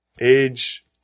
Age –